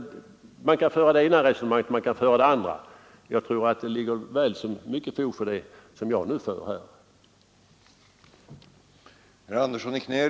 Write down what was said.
Man kan föra det ena resonemanget, och man kan föra det andra. Jag tror att det finns väl så mycket fog för det resonemang som jag nu för.